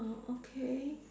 orh okay